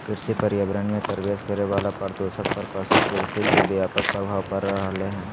कृषि पर्यावरण मे प्रवेश करे वला प्रदूषक पर पशु कृषि के व्यापक प्रभाव पड़ रहल हई